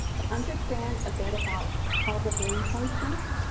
to understand a bit about how the brain functions.